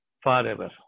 forever